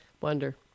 Wonder